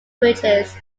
ranges